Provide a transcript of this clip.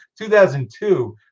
2002